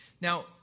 Now